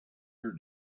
your